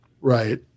Right